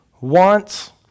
wants